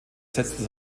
setzte